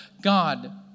God